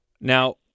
Now